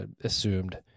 assumed